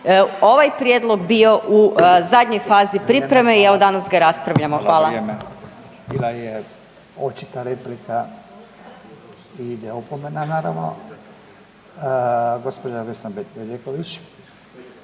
ovaj prijedlog bio u zadnjoj fazi pripreme i evo danas ga raspravljamo. Hvala.